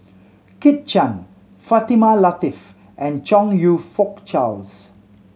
Kit Chan Fatimah Lateef and Chong You Fook Charles